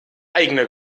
eigene